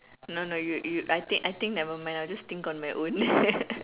no no you you I think I think nevermind I'll just think on my own